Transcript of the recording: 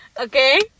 Okay